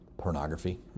pornography